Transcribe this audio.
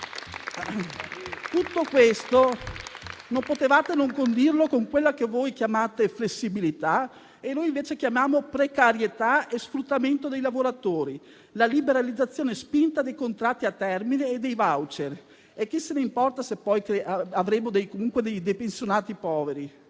Tutto questo non potevate non condirlo con quella che voi chiamate flessibilità, e noi invece chiamiamo precarietà e sfruttamento dei lavoratori, con la liberalizzazione spinta dei contratti a termine e dei *voucher*. E chi se ne importa se poi avremo comunque dei pensionati poveri?